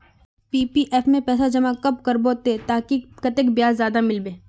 PPF में पैसा जमा कब करबो ते ताकि कतेक ब्याज ज्यादा मिलबे?